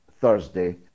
Thursday